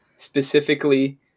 specifically